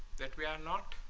that we are not